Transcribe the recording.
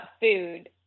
food